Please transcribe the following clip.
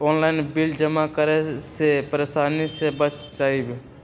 Online bill जमा करे से परेशानी से बच जाहई?